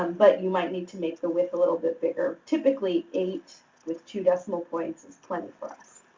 um but you might need to make the width a little bit bigger. typically, eight with two decimal points is plenty for us.